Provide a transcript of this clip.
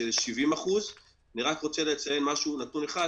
70%. אני רק רוצה לציין נתון אחד,